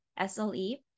SLE